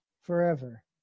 forever